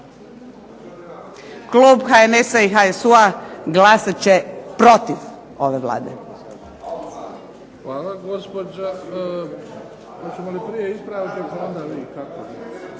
Klub HNS-a i HSU-a glasat će protiv ove Vlade.